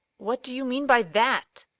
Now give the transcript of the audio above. what do you mean by that?